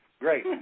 Great